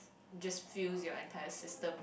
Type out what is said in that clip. just fills your entire system